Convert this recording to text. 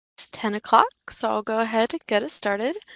ten o'clock, so i'll go ahead and get us started.